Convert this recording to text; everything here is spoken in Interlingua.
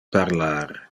parlar